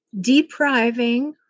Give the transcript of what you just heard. depriving